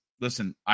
listen